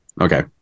okay